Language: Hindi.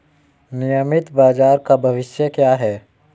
नियमित बाजार का भविष्य क्या है?